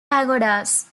pagodas